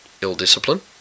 ill-discipline